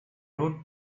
route